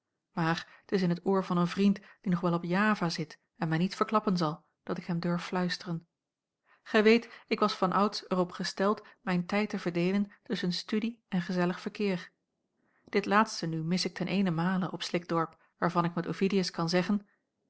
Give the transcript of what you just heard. maar t is in t oor van een vriend die nog wel op java zit en mij niet verklappen zal dat ik hem durf fluisteren gij weet ik was vanouds er op gesteld mijn tijd te verdeelen tusschen studie en gezellig verkeer dit laatste nu mis ik ten eenenmale op slikdorp waarvan ik met ovidius kan zeggen